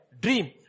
dream